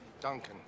Duncan